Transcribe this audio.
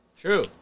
True